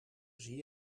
zie